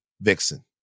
Vixen